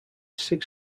six